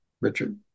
Richard